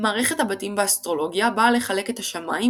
מערכת הבתים באסטרולוגיה באה לחלק את השמיים